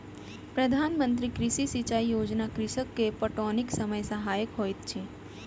प्रधान मंत्री कृषि सिचाई योजना कृषक के पटौनीक समय सहायक होइत अछि